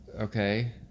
okay